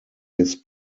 his